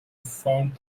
found